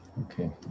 Okay